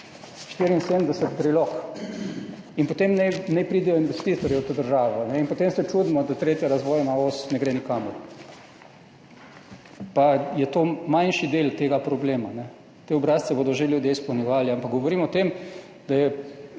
74 prilog in potem naj pridejo investitorji v to državo in potem se čudimo, da tretja razvojna os ne gre nikamor, pa je to manjši del tega problema, te obrazce bodo ljudje že izpolnjevali, ampak govorim o tem, da je